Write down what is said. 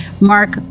Mark